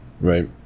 Right